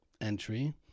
entry